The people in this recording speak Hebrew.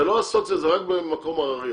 זה לא הסוציו, זה רק במקום הררי.